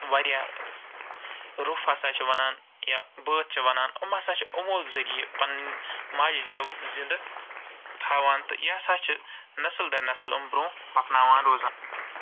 واریاہ روف ہسا چھِ وَنان کیٚنہہ بٲتھ ہسا چھِ وَنان أمۍ ہسا چھِ یِمَو ذٔریعہِ پَنٕنۍ ماجہِ زیو زِندٕ تھاوان تہٕ یہ سا چھُ نَسل در نَسل یِم برونہہ پَکناوان روزان